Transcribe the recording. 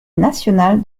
national